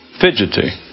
fidgety